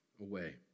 away